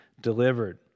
delivered